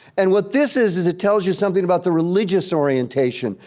and what this is, is it tells you something about the religious orientation.